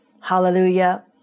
hallelujah